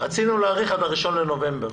רצינו להאריך עד ה-1 בנובמבר.